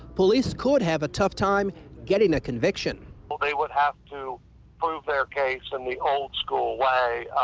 police could have a tough time getting a conviction. they would have to prove their case in the old-school way